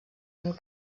amb